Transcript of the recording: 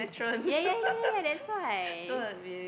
yeah yeah yeah yeah yeah yeah that's why